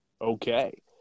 Okay